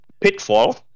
pitfall